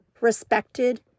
respected